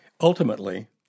ultimately